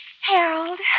Harold